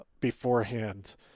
beforehand